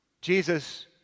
Jesus